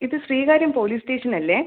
ഇത് Sreekaryam police station അല്ലേ